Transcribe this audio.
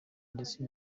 ndetse